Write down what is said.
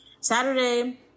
Saturday